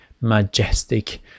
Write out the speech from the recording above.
majestic